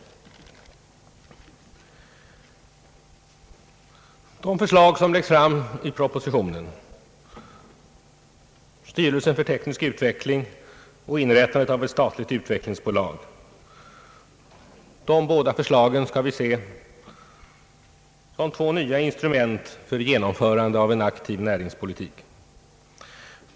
De förslag som läggs fram i propositionen angående styrelsen för teknisk utveckling och inrättandet av ett statligt utvecklingsbolag skall vi se som två nya instrument för genomförandet av en aktiv näringspolitik.